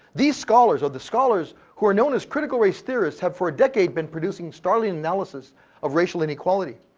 these scholars, or the scholars who are known as critical race theorists, have for a decade been producing startling analyses of racial inequality.